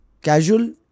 casual